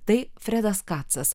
tai fredas kacas